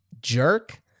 jerk